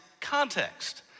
context